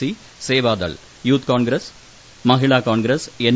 C സേവാദൾ യൂത്ത് കോൺഗ്രസ് മഹിളാ കോൺഗ്രസ് എൻ